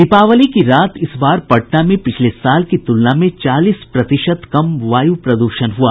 दीपावली की रात इस बार पटना में पिछले साल की तुलना में चालीस प्रतिशत कम वायु प्रदूषण हुआ